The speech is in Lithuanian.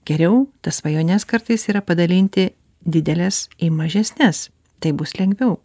geriau tas svajones kartais yra padalinti dideles į mažesnes taip bus lengviau